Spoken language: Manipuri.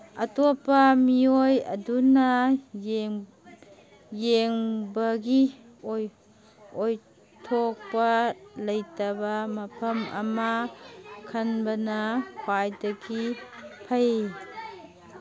ꯑꯇꯣꯞꯄ ꯃꯤꯑꯣꯏ ꯑꯗꯨꯅ ꯌꯦꯡꯕꯒꯤ ꯑꯣꯏꯊꯣꯛꯄ ꯂꯩꯇꯕ ꯃꯐꯝ ꯑꯃ ꯈꯟꯕꯅ ꯈ꯭ꯋꯥꯏꯗꯒꯤ ꯐꯩ